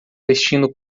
vestindo